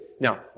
Now